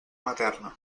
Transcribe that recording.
materna